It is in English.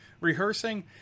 rehearsing